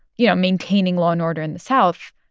you know, maintaining law and order in the south.